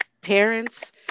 parents